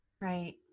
Right